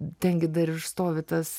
ten gi dar ir stovi tas